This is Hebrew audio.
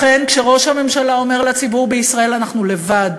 לכן, כשראש הממשלה אומר לציבור בישראל: אנחנו לבד,